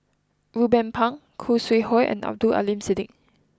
Ruben Pang Khoo Sui Hoe and Abdul Aleem Siddique